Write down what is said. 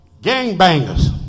Gangbangers